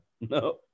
No